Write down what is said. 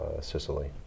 Sicily